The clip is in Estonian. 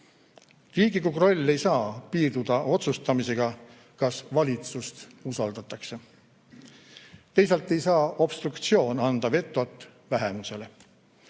Riigikogu roll ei saa piirduda otsustamisega, kas valitsust usaldatakse. Teisalt ei saa obstruktsioon anda vetot vähemusele.